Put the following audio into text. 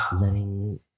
letting